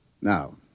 Now